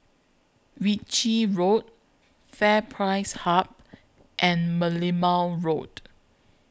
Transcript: Ritchie Road FairPrice Hub and Merlimau Road